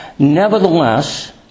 Nevertheless